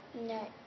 No